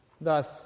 Thus